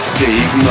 Steve